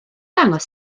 dangos